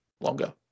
longer